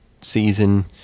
season